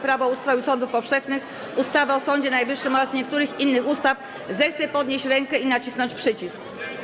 Prawo o ustroju sądów powszechnych, ustawy o Sądzie Najwyższym oraz niektórych innych ustaw, zechce podnieść rękę i nacisnąć przycisk.